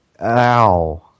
Ow